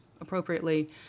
appropriately